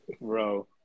bro